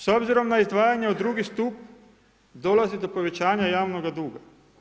S obzirom na izdvajanje u drugi stup dolazi do povećanja javnoga duga.